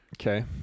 Okay